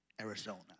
Arizona